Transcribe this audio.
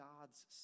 God's